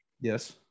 Yes